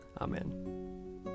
Amen